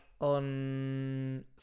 on